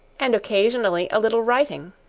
and occasionally a little writing.